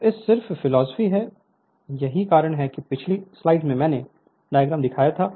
तो यह सिर्फ फिलॉसफी है यही कारण है कि पिछली स्लाइड में मैंने डायग्राम दिखाया था